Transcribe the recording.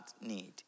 need